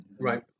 Right